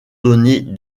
donner